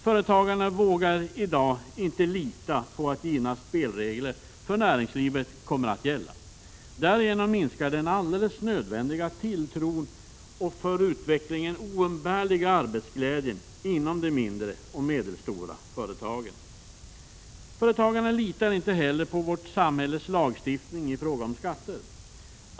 Företagarna vågar i dag inte lita på att givna spelregler för näringslivet kommer att gälla. Därigenom minskar den alldeles nödvändiga tilltron och den för utvecklingen oumbärliga arbetsglädjen inom de mindre och medelstora företagen. Företagarna litar inte heller på vårt samhälles lagstiftning i fråga om skatter.